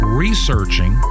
researching